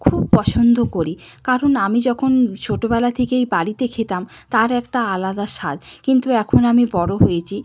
খুব পছন্দ করি কারণ আমি যখন ছোটোবেলা থেকেই বাড়িতে খেতাম তার একটা আলাদা স্বাদ কিন্তু এখন আমি বড়ো হয়েছি